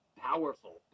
powerful